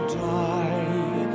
die